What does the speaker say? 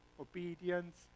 obedience